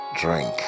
drink